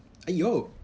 !aiyo!